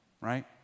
right